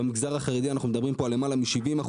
ובמגזר החרדי אנחנו מדברים פה על למעלה מ-70%.